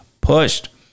pushed